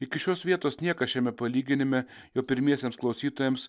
iki šios vietos niekas šiame palyginime jo pirmiesiems klausytojams